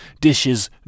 dishes